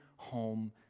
home